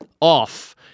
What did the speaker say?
off